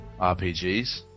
RPGs